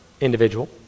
individual